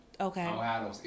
Okay